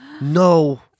no